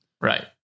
Right